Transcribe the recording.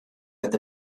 oedd